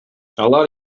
алар